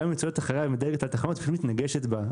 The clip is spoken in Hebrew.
אם היא יוצאת אחריה ומדלגת על תחנות היא פשוט מתנגשת בה.